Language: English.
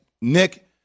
Nick